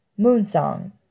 Moonsong